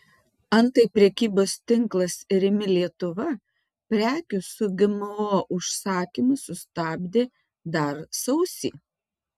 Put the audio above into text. antai prekybos tinklas rimi lietuva prekių su gmo užsakymus sustabdė dar sausį